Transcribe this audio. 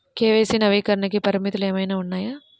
KYC నవీకరణకి పరిమితులు ఏమన్నా ఉన్నాయా?